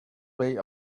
way